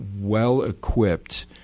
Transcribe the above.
well-equipped